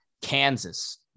Kansas